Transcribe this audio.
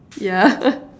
yeah